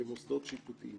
כמוסדות שיפוטיים.